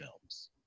films